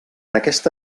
aquesta